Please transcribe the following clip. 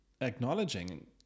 acknowledging